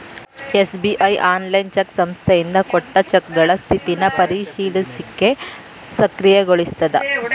SBI online cheque ಸಂಖ್ಯೆಯಿಂದ ಕೊಟ್ಟ ಚೆಕ್ಗಳ ಸ್ಥಿತಿನ ಪರಿಶೇಲಿಸಲಿಕ್ಕೆ ಸಕ್ರಿಯಗೊಳಿಸ್ತದ